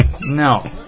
No